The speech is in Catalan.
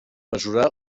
mesura